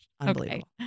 Unbelievable